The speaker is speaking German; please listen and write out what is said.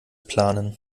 planen